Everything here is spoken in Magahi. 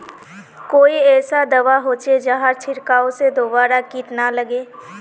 कोई ऐसा दवा होचे जहार छीरकाओ से दोबारा किट ना लगे?